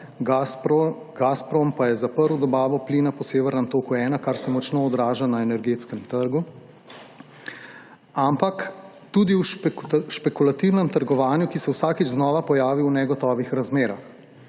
Gasprom pa je zaprl dobavo plina po Severnem toku 1, kar se močno odraža na energetskem trgu − ampak tudi špekulativnega trgovanja, ki se vsakič znova pojavi v negotovih razmerah.